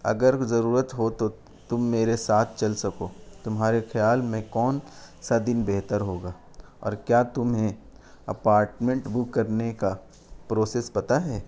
اگر ضرورت ہو تو تم میرے ساتھ چل سکو تمہارے خیال میں کون سا دن بہتر ہوگا اور کیا تمیں اپارٹمنٹ بک کرنے کا پروسیس پتہ ہے